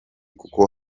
kuko